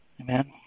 Amen